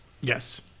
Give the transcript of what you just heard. Yes